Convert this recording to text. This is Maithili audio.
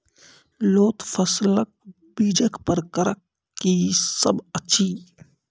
लोत फसलक बीजक प्रकार की सब अछि?